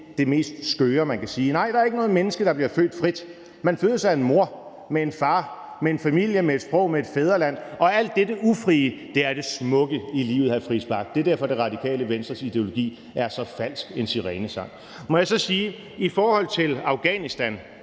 det mest skøre, man kan sige. Nej, der er ikke noget menneske, der bliver født frit. Man fødes af en mor, med en far, med en familie, med et sprog og med et fædreland, og alt dette ufrie er det smukke i livet, hr. Christian Friis Bach. Det er derfor, Radikale Venstres ideologi er så falsk en sirenesang. Så vil jeg sige i forhold til Afghanistan,